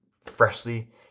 freshly